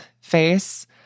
face